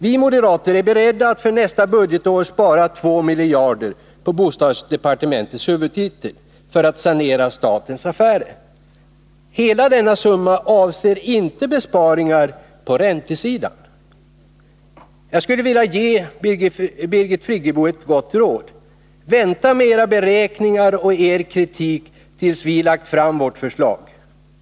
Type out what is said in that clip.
Vi moderater är beredda att för nästa budgetår spara 2 miljarder kronor på bostadsdepartementets huvudtitel för att sanera statens affärer. Hela denna summa avser inte besparingar på räntesidan. Jag skulle vilja ge Birgit Friggebo ett gott råd: Vänta med era beräkningar och er kritik, tills vi lagt fram vårt förslag.